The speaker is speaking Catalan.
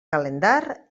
calendar